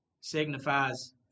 signifies